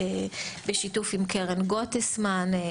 בשיתוף קרן גוטסמן,